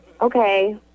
Okay